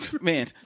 man